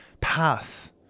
pass